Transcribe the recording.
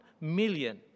million